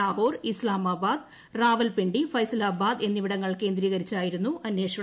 ലാഹോർ ഇസ്താമാബാദ് റാവൽപിണ്ടി ഫൈസലാബാദ് എന്നിവിടങ്ങൾ കേന്ദ്രീകരിച്ചായിരുന്നു അന്വേഷണം